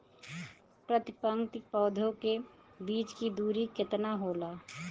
प्रति पंक्ति पौधे के बीच की दूरी केतना होला?